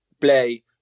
play